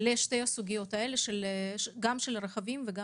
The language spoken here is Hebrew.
התייחסות של יחידת המידע והמחקר של הכנסת לשתי הסוגיות של הרכבים ושל